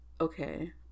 okay